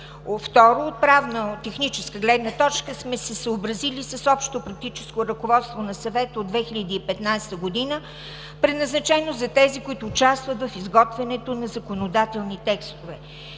Второ, от правно-техническа гледна точка сме се съобразили с Общо практическо ръководство на Съвета от 2015 г., предназначено за тези, които участват в изготвянето на законодателни текстове.